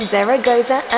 Zaragoza